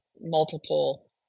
multiple